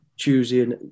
choosing